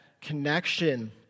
connection